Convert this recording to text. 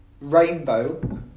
Rainbow